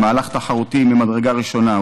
מהלך תחרותי ממדרגה ראשונה,